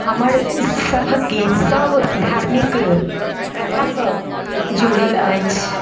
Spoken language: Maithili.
हमर सभक गीत सभ धार्मिक प्रथासँ जुड़ल अछि